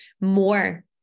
more